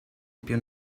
più